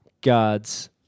God's